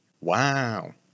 Wow